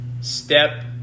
step